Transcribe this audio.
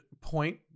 point